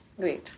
Great